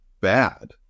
bad